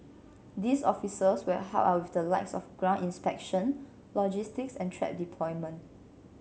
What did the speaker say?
these officers will help out with the likes of ground inspection logistics and trap deployment